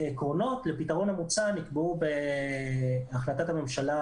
העקרונות לפתרון המוצע נקבעו בהחלטת הממשלה